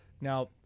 now